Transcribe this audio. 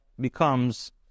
becomes